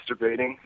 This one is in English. masturbating